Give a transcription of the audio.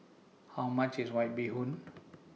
How much IS White Bee Hoon